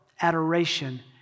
adoration